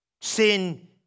sin